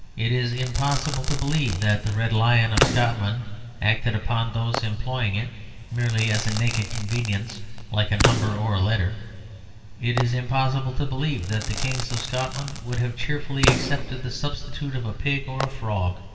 it is impossible to believe that the red lion of scotland acted upon those employing it merely as a naked convenience like a number or a letter it is impossible to believe that the kings of scotland would have cheerfully accepted the substitute of a pig or a frog.